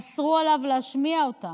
אסרו עליו להשמיע אותו,